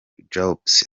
jobs